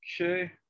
Okay